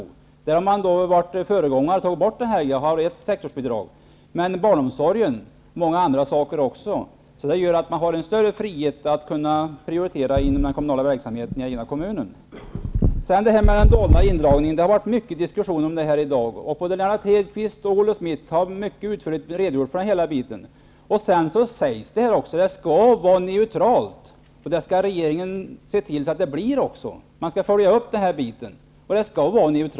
Man har där varit föregångare och tagit bort detta. Man har nu större frihet att prioritera inom den kommunala verksamheten i den egna kommunen. Kjell Ericsson tog upp den dolda indragningen. Det har varit mycket diskussioner om detta i dag. Både Lennart Hedquist och Olle Schmidt har mycket utförligt redogjort för detta. Det sägs också att det skall vara neutralt och att regeringen skall se till det. Man skall följa upp den här biten.